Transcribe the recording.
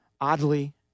Oddly